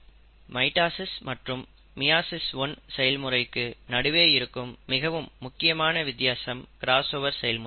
mitosis மற்றும் meiosis 1 செயல்முறைக்கு நடுவே இருக்கும் மிகவும் முக்கியமான வித்தியாசம் கிராஸ்ஓவர் செயல் முறை தான்